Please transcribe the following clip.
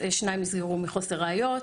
שניים נסגרו מחוסר ראיות,